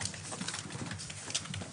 סליחה,